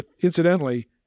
incidentally